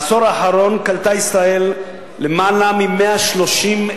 בעשור האחרון קלטה ישראל למעלה מ-130,000